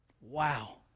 Wow